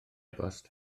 bost